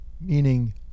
meaning